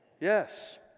Yes